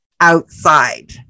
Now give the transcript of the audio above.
outside